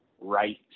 right